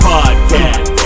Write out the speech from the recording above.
Podcast